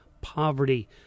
poverty